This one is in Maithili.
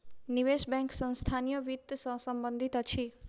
निवेश बैंक संस्थानीय वित्त सॅ संबंधित अछि